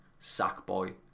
Sackboy